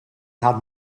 had